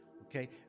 Okay